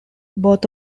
both